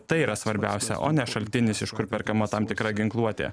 tai yra svarbiausia o ne šaltinis iš kur perkama tam tikra ginkluotė